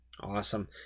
Awesome